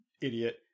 idiot